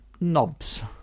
knobs